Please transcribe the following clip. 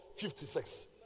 56